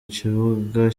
kibuga